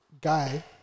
Guy